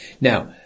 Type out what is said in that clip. now